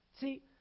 See